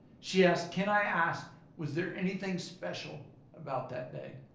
she asked can i ask was there anything special about that day?